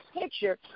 picture